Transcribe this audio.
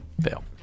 Fail